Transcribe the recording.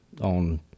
on